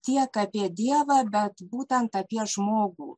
tiek apie dievą bet būtent apie žmogų